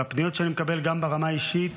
בפניות שאני מקבל גם ברמה האישית,